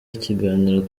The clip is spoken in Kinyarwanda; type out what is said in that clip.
ikiganiro